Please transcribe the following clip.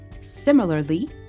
Similarly